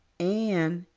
anne,